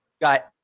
got